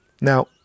Now